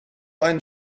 ein